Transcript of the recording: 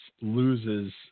loses